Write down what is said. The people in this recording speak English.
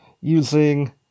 using